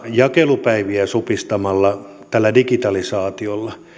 jakelupäivien supistamista tällä digitalisaatiolla